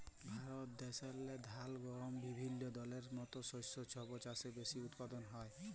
ভারত দ্যাশেল্লে ধাল, গহম বিভিল্য দলের মত শস্য ছব চাঁয়ে বেশি উৎপাদল হ্যয়